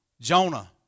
Jonah